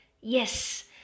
Yes